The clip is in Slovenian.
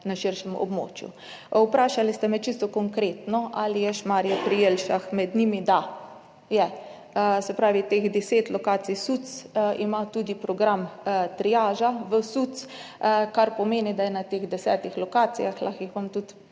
na širšem območju. Vprašali ste me čisto konkretno, ali je Šmarje pri Jelšah med njimi? Da, je. Se pravi, teh deset lokacij SUC-ev ima tudi program triaža v SUC, kar pomeni, da je na teh desetih lokacijah, lahko vam jih tudi